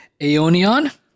aeonion